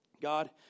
God